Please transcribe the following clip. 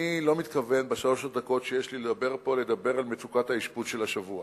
אני לא מתכוון בשלוש הדקות שיש לי לדבר פה על מצוקת האשפוז של השבוע